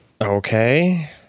Okay